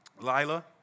Lila